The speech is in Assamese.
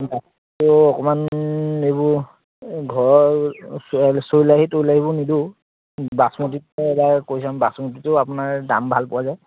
ধানটো অকমান এইবোৰ ঘৰৰ চৈলাহী তৈলাহিবোৰ নিদিওঁ বাচমতিটো এবাৰ কৰি চাম বাচমতিটো আপোনাৰ দাম ভাল পোৱা যায়